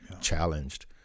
challenged